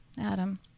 Adam